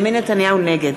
נגד